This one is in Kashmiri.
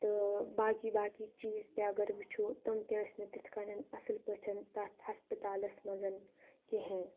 تہٕ باقٕے باقٕے چیٖز تہِ اگر وٕچھو تِم تہِ ٲسۍ نہٕ تِتھ کٔنَن اَصٕل پٲٹھۍ تَتھ ہَسپَتالَس منٛز کِہیٖنۍ